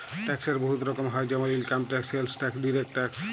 ট্যাক্সের বহুত রকম হ্যয় যেমল income tax, sales tax, direct tax